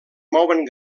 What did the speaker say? mouen